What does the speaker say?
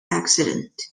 accident